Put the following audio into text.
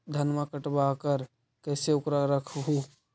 धनमा कटबाकार कैसे उकरा रख हू?